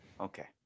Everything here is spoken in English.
Okay